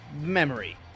Memory